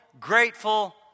grateful